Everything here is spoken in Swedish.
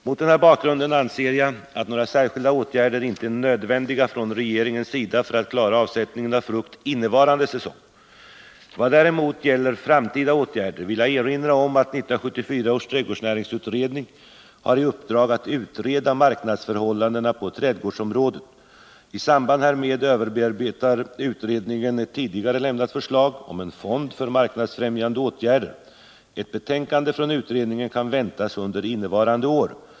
Mot den här bakgrunden anser jag att några särskilda åtgärder inte är nödvändiga från regeringens sida för att klara avsättningen av frukt innevarande säsong. Vad däremot gäller framtida åtgärder vill jag erinra om att 1974 års trädgårdsnäringsutredning har i uppdrag att utreda marknadsförhållandena på trädgårdsområdet. I samband därmed överarbetar utred ningen ett tidigare lämnat förslag om en fond för marknadsfrämjande åtgärder. Ett betänkande från utredningen kan väntas under innevarande år.